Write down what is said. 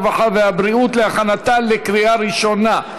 הרווחה והבריאות להכנתה לקריאה ראשונה.